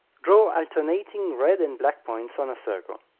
draw alternating red and black points on a circle.